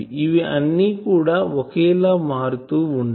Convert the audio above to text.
ఇవి అన్ని కూడా ఒకేలా మారుతూ వుండవు